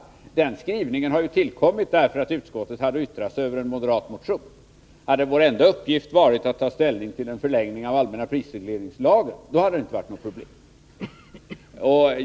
Denna del av utskottets skrivning har tillkommit därför att utskottet hade att yttra sig över en moderat motion. Om vår enda uppgift hade varit att ta ställning till en förlängning av den allmänna prisregleringslagen, hade det inte varit något problem.